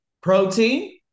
protein